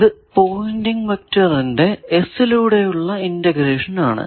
ഇത് പോയിന്റിങ്ങ് വെക്റ്ററിന്റെ S ലൂടെയുള്ള ഇന്റഗ്രേഷൻ ആണ്